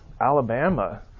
Alabama